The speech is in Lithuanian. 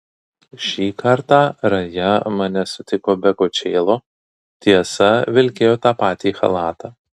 šį kartą raja mane sutiko be kočėlo tiesa vilkėjo tą patį chalatą